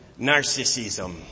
narcissism